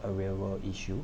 a real world issue